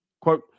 Quote